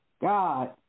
God